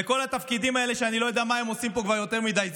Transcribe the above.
לכל בעלי התפקידים האלה שאני לא יודע מה הם עושים פה כבר יותר מדי זמן: